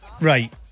Right